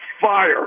fire